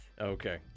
Okay